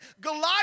Goliath